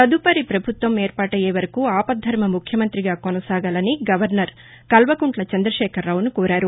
తదుపరి ప్రభుత్వం ఏర్పాటయ్యే వరకు ఆపద్దర్మ ముఖ్యమంతిగా కొనసాగాలని గవర్నర్ కల్వకుంట్ల చంద్రశేఖరరావును కోరారు